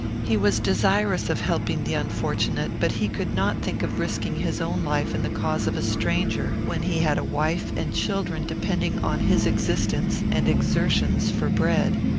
he was desirous of helping the unfortunate but he could not think of risking his own life in the cause of a stranger, when he had a wife and children depending on his existence and exertions for bread.